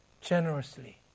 generously